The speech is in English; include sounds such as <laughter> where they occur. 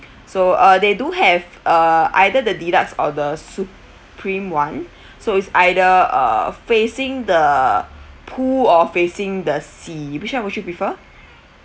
so uh they do have uh either the deluxe or the supreme one <breath> so it's either uh facing the pool or facing the sea which one would you prefer